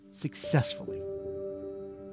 successfully